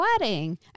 wedding